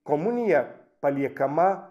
komunija paliekama